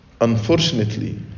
unfortunately